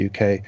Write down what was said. UK –